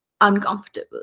uncomfortable